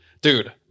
Dude